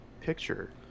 picture